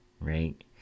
right